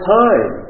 time